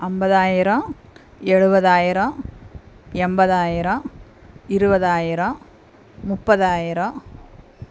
ஐம்பதாயிரோம் எழுபதாயிரோம் எண்பதாயிரோம் இருபதாயிரோம் முப்பதாயிரோம்